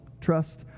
trust